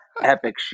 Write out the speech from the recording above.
epic